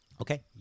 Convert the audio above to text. Okay